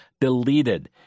deleted